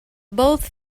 both